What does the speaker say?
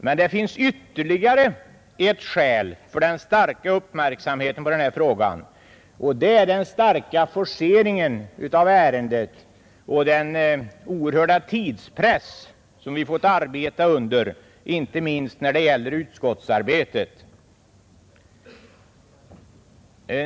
Men det finns ytterligare ett skäl för den stora uppmärksamheten på den här frågan. Det är den starka forceringen av ärendet och den oerhörda tidspress som vi fått arbeta under, inte minst när det gäller utskottsbehandlingen.